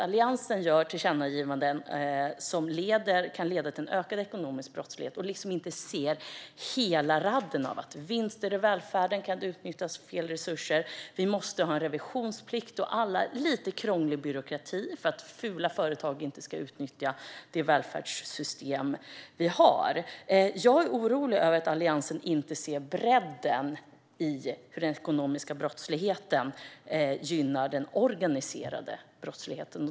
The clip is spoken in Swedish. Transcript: Alliansen lämnar tillkännagivanden som kan leda till en ökad ekonomisk brottslighet och ser inte hela vidden av att vinster i välfärden kan utnyttjas på fel sätt. Vi måste ha en revisionsplikt och lite krånglig byråkrati för att fula företag inte ska utnyttja det välfärdssystem vi har. Jag är orolig över att Alliansen inte ser vidden av hur den ekonomiska brottsligheten gynnar den organiserade brottsligheten.